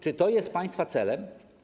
Czy to jest państwa celem?